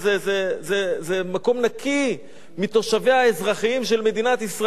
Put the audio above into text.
זה מקום נקי מתושביה האזרחיים של מדינת ישראל.